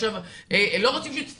עכשיו הם לא רוצים שיתערבו,